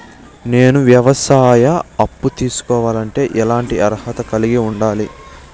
నేను వ్యవసాయ అప్పు తీసుకోవాలంటే ఎట్లాంటి అర్హత కలిగి ఉండాలి?